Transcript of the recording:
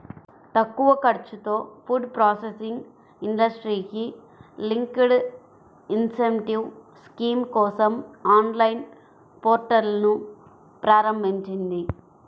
తక్కువ ఖర్చుతో food processing ఇండస్ట్రీకి లింక్డ్ ఇన్సెంటివ్ స్కీమ్ కోసం ఆన్లైన్ పోర్టల్ను ప్రారంభించింది